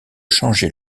changer